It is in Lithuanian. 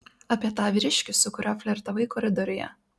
apie tą vyriškį su kuriuo flirtavai koridoriuje